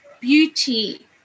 Beauty